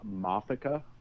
Mothica